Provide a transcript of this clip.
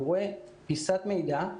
הוא רואה פיסת מידע,